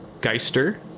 Geister